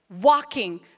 walking